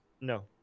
No